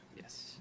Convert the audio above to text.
Yes